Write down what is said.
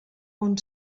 bon